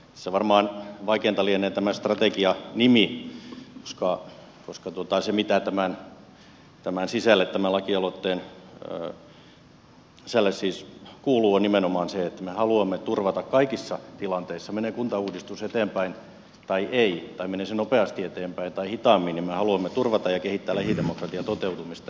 tässä varmaan vaikeinta lienee tämä strategia nimi koska se mitä tämän lakialoitteen sisälle kuuluu on nimenomaan se että me haluamme turvata ja kehittää kaikissa tilanteissa menee kuntauudistus eteenpäin tai ei tai menee se nopeasti eteenpäin tai hitaammin lähidemokratian toteutumista